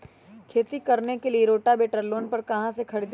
खेती करने के लिए रोटावेटर लोन पर कहाँ से खरीदे?